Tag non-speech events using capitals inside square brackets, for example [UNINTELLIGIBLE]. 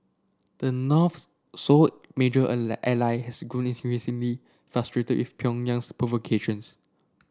the North's sole major [UNINTELLIGIBLE] ally has grown increasingly frustrated with Pyongyang's provocations